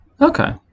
Okay